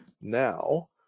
now